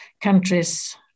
countries